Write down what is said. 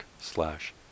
slash